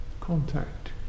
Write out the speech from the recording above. contact